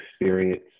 experience